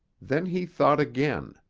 then he thought again.